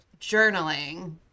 journaling